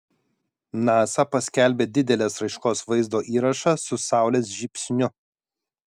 nasa paskelbė didelės raiškos vaizdo įrašą su saulės žybsniu